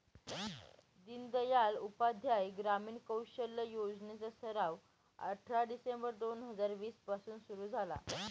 दीनदयाल उपाध्याय ग्रामीण कौशल्य योजने चा सराव अठरा डिसेंबर दोन हजार वीस पासून सुरू झाला